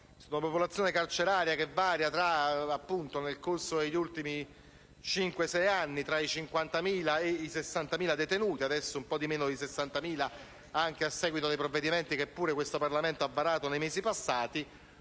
una popolazione carceraria che varia, nel corso degli ultimi cinque, sei anni, tra i 50.000 e i 60.000 detenuti (adesso un po' meno di 60.000, anche a seguito dei provvedimenti che questo Parlamento ha varato nei mesi passati).